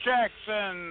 Jackson